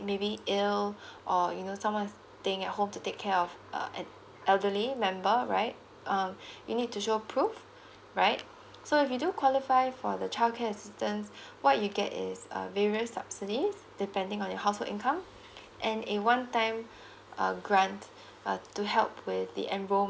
maybe ill or you know some other thing at home to take care of uh elderly member right um you need to show proof right so if you do qualify for the childcare assistance what you get is uh various subsidies depending on your household income and in one time uh grant uh to help with the